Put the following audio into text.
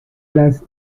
las